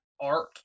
art